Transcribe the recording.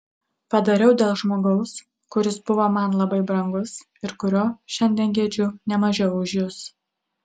padariau dėl žmogaus kuris buvo man labai brangus ir kurio šiandien gedžiu ne mažiau už jus